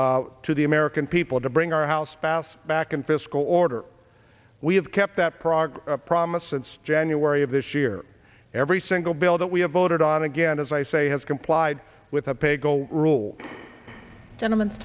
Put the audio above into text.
to the american people to bring our house passed back in fiscal order we have kept that prague promise since january of this year every single bill that we have voted on again as i say has complied with a paygo rule gentlem